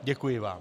Děkuji vám.